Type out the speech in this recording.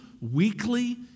weekly